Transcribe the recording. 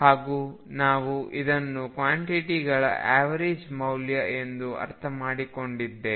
ಹಾಗೂ ನಾವು ಇದನ್ನು ಕ್ವಾಂಟಿಟಿಗಳ ಎವರೇಜ್ ಮೌಲ್ಯ ಎಂದು ಅರ್ಥಮಾಡಿಕೊಂಡಿದ್ದೇವೆ